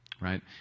right